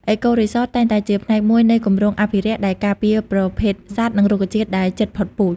អេកូរីសត តែងតែជាផ្នែកមួយនៃគម្រោងអភិរក្សដែលការពារប្រភេទសត្វ និងរុក្ខជាតិដែលជិតផុតពូជ។